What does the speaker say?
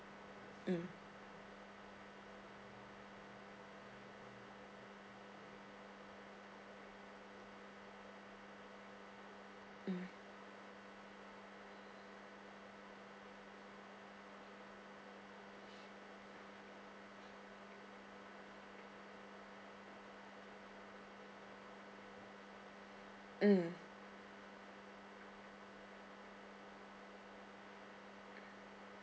mm mm mm